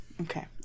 okay